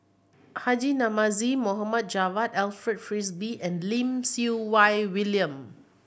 Haji Namazie Mohd Javad Alfred Frisby and Lim Siew Wai William